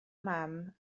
mam